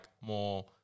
more